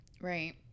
Right